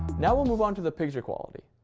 now we'll move on to the picture quality.